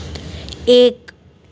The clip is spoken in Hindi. एक